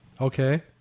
Okay